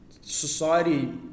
society